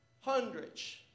Hundreds